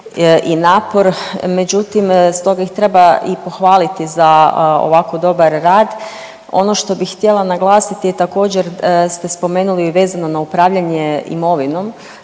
i napor, međutim stoga ih treba i pohvaliti za ovako dobar rad. Ono što bih htjela naglasit je, također ste spomenuli vezano na upravljanje imovinom